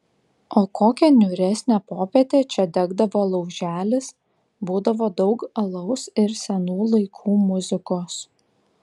o kokią niūresnę popietę čia degdavo lauželis būdavo daug alaus ir senų laikų muzikos